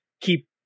keep